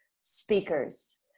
speakers